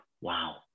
Wow